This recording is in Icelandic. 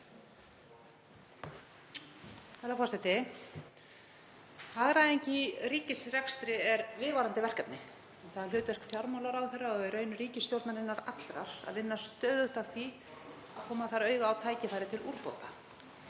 Herra forseti. Hagræðing í ríkisrekstri er viðvarandi verkefni. Það er hlutverk fjármálaráðherra og í rauninni ríkisstjórnarinnar allrar að vinna stöðugt að því að koma auga á tækifæri til úrbóta.